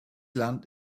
land